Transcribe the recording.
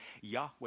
Yahweh